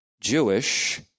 Jewish